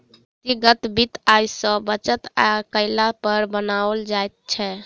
व्यक्तिगत वित्त आय सॅ बचत कयला पर बनाओल जाइत छै